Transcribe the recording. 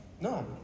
No